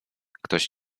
ktoś